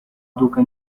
duka